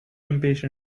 impatient